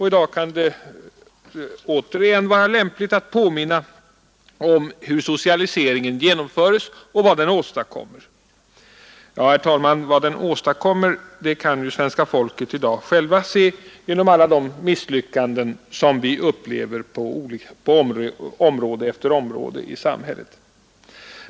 I dag kan tillfället åter vara lämpligt att påminna om hur socialiseringen genomförs och vad den åstadkommer. Ja, herr talman, vad den åstadkommer, kan svenska folket i dag se genom alla de misslyckanden som vi upplever på område efter område i samhället.